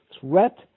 threat